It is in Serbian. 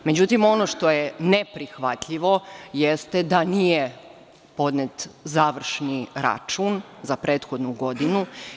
Međutim, ono što je neprihvatljivo, jeste da nije podnet završni račun za prethodnu godinu.